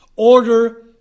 Order